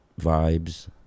vibes